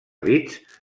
bits